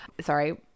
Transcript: Sorry